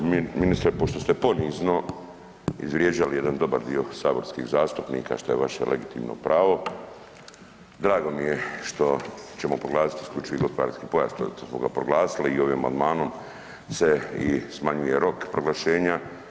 Ministre, pošto ste ponizno izvrijeđali jedan dobar dio saborskih zastupnika što je vaše legitimno pravo, drago mi je što ćemo proglasiti isključivi gospodarski pojas ... proglasili i ovim amandman se i smanjuje rok proglašenja.